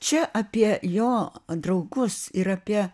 čia apie jo draugus ir apie